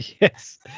yes